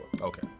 Okay